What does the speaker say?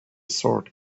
sword